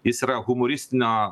jis yra humoristinio